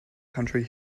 country